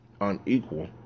unequal